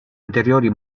anteriori